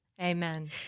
Amen